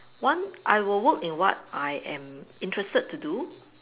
one I will work in what I am interested to do